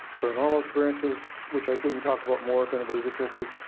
paranormal experiences, which we can talk about more if anybody's interested.